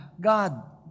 God